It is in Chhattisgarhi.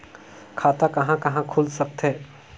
खाता कहा कहा खुल सकथे?